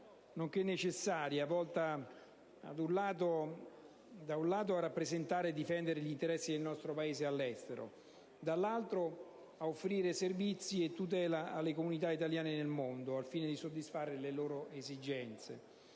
nonché necessaria, volta, da un lato, a rappresentare e difendere gli interessi del nostro Paese all'estero e, dall'altro, a offrire servizi e tutela alle comunità italiane nel mondo, così da soddisfarne le esigenze.